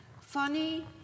Funny